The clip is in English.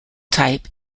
type